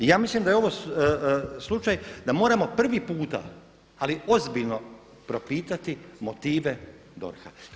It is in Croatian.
I ja mislim da je ovo slučaj da moramo prvi puta, ali ozbiljno propitati motive DORH-a.